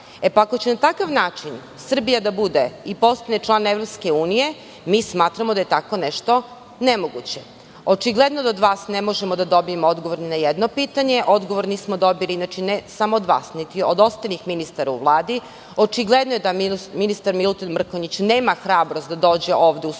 će na takav način Srbija da bude i postane član EU, mi smatramo da je tako nešto nemoguće. Očigledno je da od vas ne možemo da dobijemo odgovor ni na jedno pitanje. Odgovor nismo dobili ne samo od vas, niti od ostalih ministara u Vladi. Očigledno je da ministar Milutin Mrkonjić nema hrabrost da dođe ovde u Skupštinu